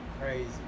Crazy